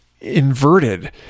inverted